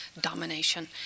domination